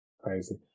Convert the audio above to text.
crazy